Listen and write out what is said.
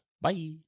Bye